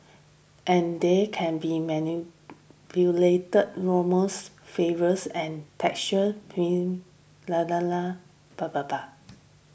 and they can be manipulate aromas flavours and textures